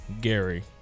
Gary